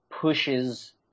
pushes